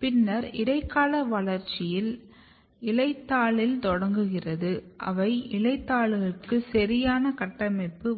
பின்னர் இடைக்கால வளர்ச்சி இலைத்தாளில் தொடங்குகிறது அவை இலைத்தாளுக்கு சரியான கட்டமைப்பு